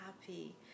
happy